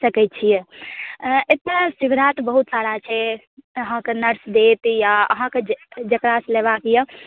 सकै छियै एतय सुविधा तऽ बहुत सारा छै अहाँके नर्स देत या अहाँके जकरा सऽ लेबाक यऽ